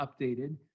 updated